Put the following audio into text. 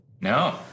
no